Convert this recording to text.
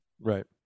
right